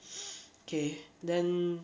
okay then